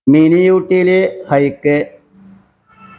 mini ഊട്ടിയിലെ hike